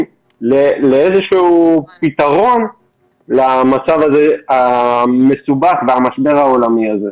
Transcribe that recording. לאיזשהו פיתרון למצב המסובך הזה ולמשבר העולמי הזה.